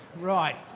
right.